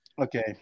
Okay